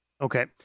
okay